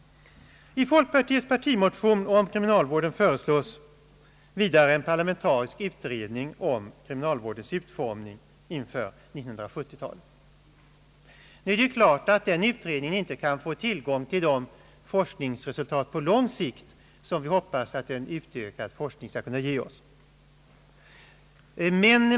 I folkpartiets partimotion om kriminalvården föreslås vidare en parlamentarisk utredning om kriminalvårdens utformning inför 1970-talet. Nu är det klart att en sådan utredning inte kan få tillgång till de forskningsresultat på lång sikt, som vi hoppas att en utökad forskning skall kunna ge oss.